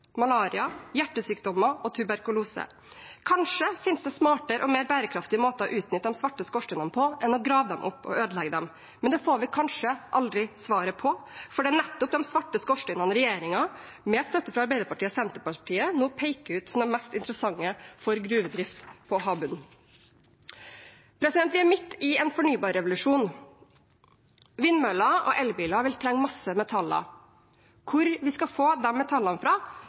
malaria, hjertesykdommer og tuberkulose. Kanskje finnes det smartere og mer bærekraftige måter å utnytte de svarte skorsteinene på enn å grave dem opp og ødelegge dem, men det får vi kanskje aldri svaret på, for det er nettopp de svarte skorsteinene regjeringen, med støtte fra Arbeiderpartiet og Senterpartiet, nå peker ut som de mest interessante for gruvedrift på havbunnen. Vi er midt i en fornybarrevolusjon, vindmøller og elbiler vil trenge en masse metaller. Hvor vi skal få de metallene fra,